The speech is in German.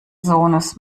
sohnes